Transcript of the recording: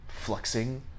fluxing